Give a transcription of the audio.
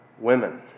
women